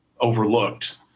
overlooked